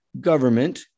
government